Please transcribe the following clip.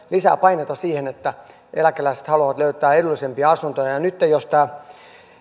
lisää paineita siihen että eläkeläiset haluavat löytää edullisempia asuntoja ja ja nytten jos tämä